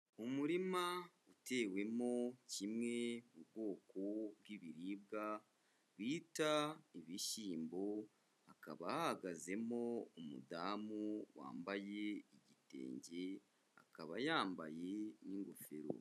Umurima utewemo kimwe mu bwoko bw'ibiribwa bita ibishyimbo, hakaba hahagazemo umudamu wambaye igitenge, akaba yambaye n'ingofero.